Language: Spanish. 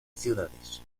ciudades